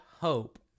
hope